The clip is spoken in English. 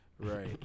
Right